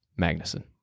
Magnuson